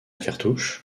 cartouche